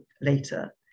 later